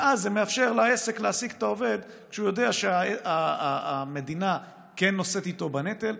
ואז זה מאפשר לעסק להעסיק את העובד כשהוא יודע שהמדינה נושאת איתו בנטל,